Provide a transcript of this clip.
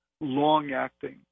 long-acting